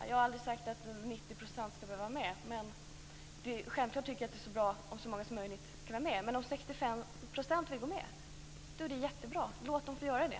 Fru talman! Jag har aldrig sagt att 90 % skall behöva vara med. Men självklart tycker jag att det är bra om så många som möjligt är med. Men om 65 % vill gå med, då är det jättebra. Låt dem få göra det.